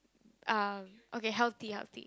um okay healthy healthy